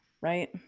right